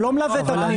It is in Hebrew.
הוא לא מלווה את הבנייה.